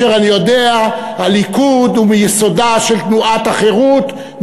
ואני יודע: הליכוד הוא מיסודה של תנועת החרות,